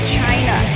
China